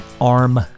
Arm